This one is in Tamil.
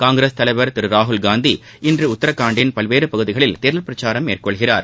காங்கிரஸ் தலைவர் திரு ராகுல் காந்தி இன்று உத்ரகாண்டின் பல்வேறு பகுதிகளில் தேர்தல் பிரச்சாரம் மேற்கொள்கிறார்